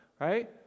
right